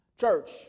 Church